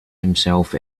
himself